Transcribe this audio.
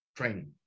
training